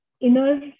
inner